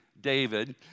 David